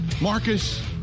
Marcus